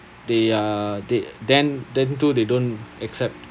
they are they then then too they don't accept